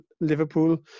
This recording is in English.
Liverpool